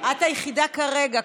את היחידה כרגע.